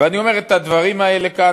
ואני אומר את הדברים האלה כאן.